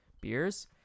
beers